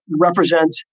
represent